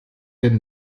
denn